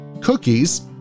Cookies